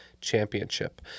Championship